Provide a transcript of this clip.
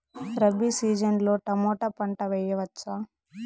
Rabi season లో tomato పంట వేయవచ్చా?